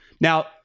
Now